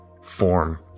form